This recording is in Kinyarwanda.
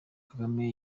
kagame